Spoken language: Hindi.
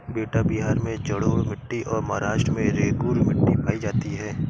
बेटा बिहार में जलोढ़ मिट्टी और महाराष्ट्र में रेगूर मिट्टी पाई जाती है